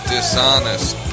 Dishonest